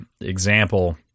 example